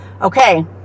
Okay